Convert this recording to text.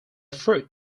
fruit